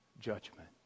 Judgment